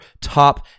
top